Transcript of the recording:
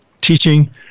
teaching